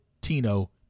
Tino